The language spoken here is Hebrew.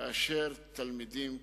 כאשר תלמידים כאלה,